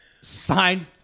signed